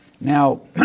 Now